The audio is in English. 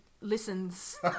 listens